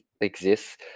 exists